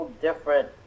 different